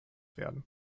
werden